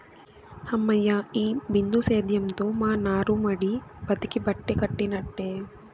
హమ్మయ్య, ఈ బిందు సేద్యంతో మా నారుమడి బతికి బట్టకట్టినట్టే